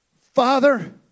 Father